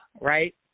right